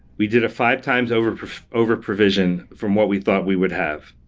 we did five times over over provision from what we thought we would have.